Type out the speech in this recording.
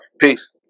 Peace